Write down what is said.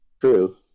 true